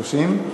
30?